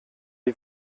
die